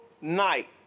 night